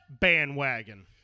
Bandwagon